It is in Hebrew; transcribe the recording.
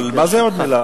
אבל מה זה עוד מלה?